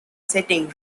setting